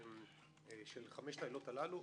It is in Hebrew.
של חמש העילות הללו.